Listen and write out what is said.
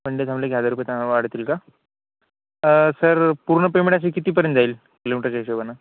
one day थांबलं की हजार रुपये तर वाढतील का सर पूर्ण पेमेंट अशी कितीपर्यंत जाईल किलोमीटरच्या हिशोबानं